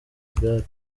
igare